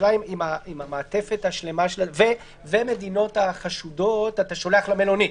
השאלה היא אם המעטפת השלמה ומהמדינות החשודות אתה שולח למלונית,